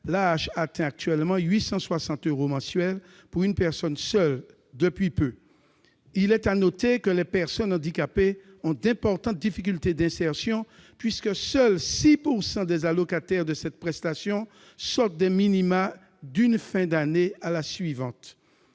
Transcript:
l'AAH atteint actuellement 860 euros mensuels pour une personne seule. Il est à noter que les personnes handicapées ont d'importantes difficultés d'insertion, puisque seuls 6 % des allocataires de cette prestation sortent des minima d'une fin d'année à la suivante.